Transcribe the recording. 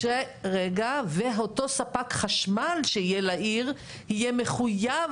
ואותו ספק חשמל שיהיה לעיר יהיה מחויב